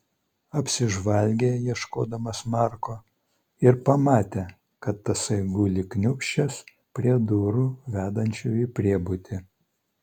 apsižvalgė ieškodamas marko ir pamatė kad tasai guli kniūbsčias prie durų vedančių į priebutį